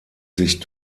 sich